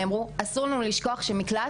שאסור לשכוח שמקלט,